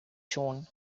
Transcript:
schon